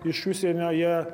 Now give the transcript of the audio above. iš užsienio jie